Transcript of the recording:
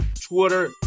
Twitter